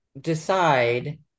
decide